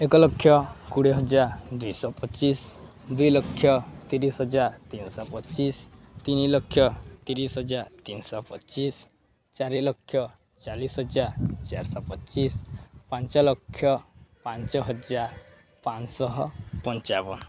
ଏକ ଲକ୍ଷ କୋଡ଼ିଏ ହଜାର ଦୁଇଶହ ପଚିଶି ଦୁଇ ଲକ୍ଷ ତିରିଶି ହଜାର ତିନିଶହ ପଚିଶି ତିନିଲକ୍ଷ ତିରିଶି ହଜାର ତିନିଶହ ପଚିଶି ଚାରିଲକ୍ଷ ଚାଳିଶି ହଜାର ଚାରିଶହ ପଚିଶି ପାଞ୍ଚଲକ୍ଷ ପାଞ୍ଚହଜାର ପାଞ୍ଚଶହ ପଞ୍ଚାବନ